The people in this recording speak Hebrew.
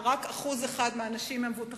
גם את זה